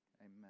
Amen